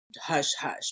hush-hush